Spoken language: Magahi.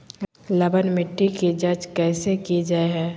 लवन मिट्टी की जच कैसे की जय है?